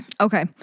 Okay